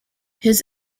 his